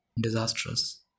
disastrous